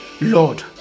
Lord